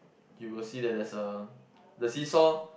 you will see that there's a the seesaw